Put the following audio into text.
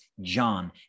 John